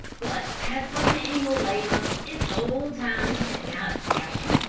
but as for manual labor, it's old-timey and out of fashion.